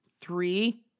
Three